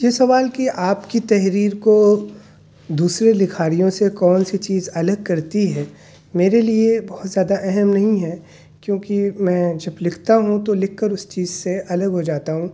یہ سوال کہ آپ کی تحریر کو دوسرے لکھاریوں سے کون سی چیز الگ کرتی ہے میرے لیے بہت زیادہ اہم نہیں ہے کیوں کہ میں جب لکھتا ہوں تو لکھ کر اس چیز سے الگ ہو جاتا ہوں